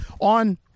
on